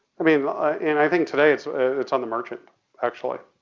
i mean and i think today it's it's on the merchant actually,